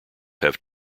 have